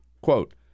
Quote